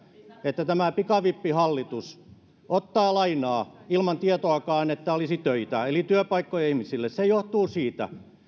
että tämä pikavippihallitus ottaa lainaa ilman tietoakaan että olisi töitä eli työpaikkoja ihmisille se johtuu siitä